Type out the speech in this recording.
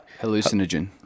Hallucinogen